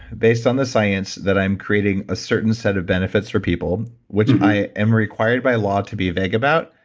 based on the science, that i'm creating a certain set of benefits for people, which i am required by law to be vague about,